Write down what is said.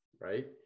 right